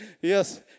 Yes